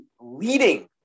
leading